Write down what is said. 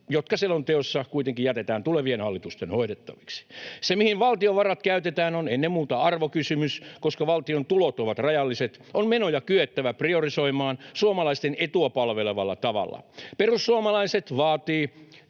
jotka selonteossa kuitenkin jätetään tulevien hallitusten hoidettaviksi. Se, mihin valtion varat käytetään, on ennen muuta arvokysymys. Koska valtion tulot ovat rajalliset, on menoja kyettävä priorisoimaan suomalaisten etua palvelevalla tavalla. Perussuomalaiset vaatii,